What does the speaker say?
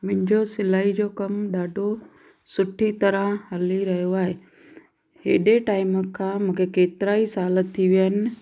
मुंहिंजो सिलाई जो कमु ॾाढो सुठी तरह हली रहियो आहे हेॾे टाइम खां मूंखे केतिरा ई साल थी विया आहिनि